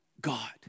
God